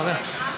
אחריה.